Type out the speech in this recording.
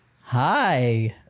Hi